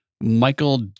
Michael